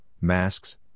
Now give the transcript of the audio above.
masks